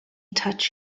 touch